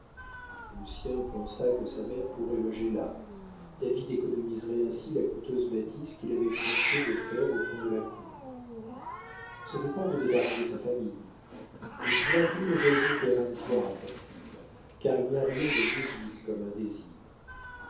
sacrifices lucien pensa que sa mère pourrait loger là david économiserait ainsi la coûteuse bâtisse qu'il avait projeté de faire au fond de la cour ce départ devait arranger sa famille il trouva mille raisons péremptoires à sa fuite car il n'y a rien de jésuite comme un désir